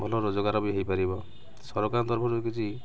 ଭଲ ରୋଜଗାର ବି ହୋଇପାରିବ ସରକାରଙ୍କ ତରଫରୁ କିଛି